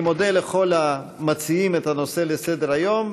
אני מודה לכל המציעים את הנושא לסדר-היום,